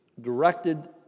directed